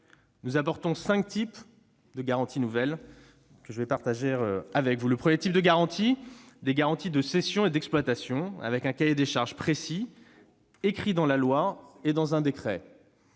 Nous apportons cinq types de garanties nouvelles. Premier type de garantie : des garanties de cession et d'exploitation avec un cahier des charges précis, écrit dans la loi et dans un décret.